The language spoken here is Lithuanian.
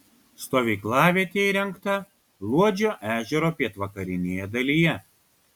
stovyklavietė įrengta luodžio ežero pietvakarinėje dalyje